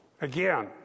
again